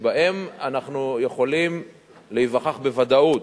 שבהם אנחנו יכולים להיווכח בוודאות,